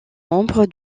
membre